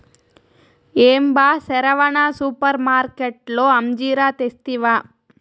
ఏం బా సెరవన సూపర్మార్కట్లో అంజీరా తెస్తివా